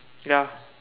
ya